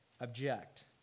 object